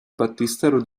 battistero